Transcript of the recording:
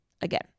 again